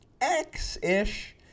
X-ish